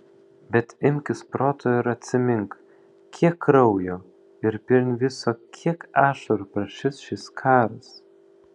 bet imkis proto ir atsimink kiek kraujo ir pirm viso kiek ašarų prašys šis karas